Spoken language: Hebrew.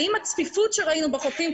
האם הצפיפות שראינו בחופים,